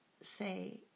say